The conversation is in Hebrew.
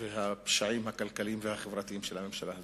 והפשעים הכלכליים והחברתיים של הממשלה הזאת.